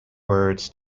words